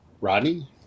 Rodney